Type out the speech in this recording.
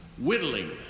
whittling